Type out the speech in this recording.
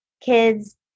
kids